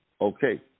Okay